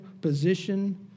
position